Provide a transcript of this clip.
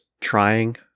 trying